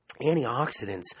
Antioxidants